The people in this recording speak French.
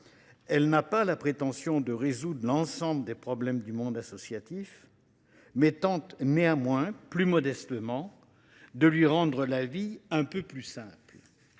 Elle n’a pas la prétention de résoudre l’ensemble des problèmes du monde associatif ; elle a, plus modestement, pour objectif de lui rendre la vie un peu plus simple.